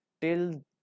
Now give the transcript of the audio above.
till